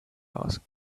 asked